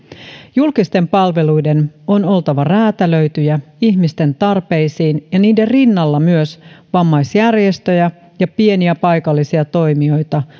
julkisten palveluiden on oltava räätälöityjä ihmisten tarpeisiin ja niiden rinnalla myös vammaisjärjestöjä ja pieniä paikallisia toimijoita